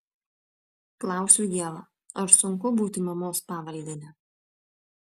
klausiu ievą ar sunku būti mamos pavaldine